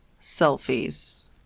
selfies